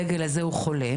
הדגל הזה הוא חולה,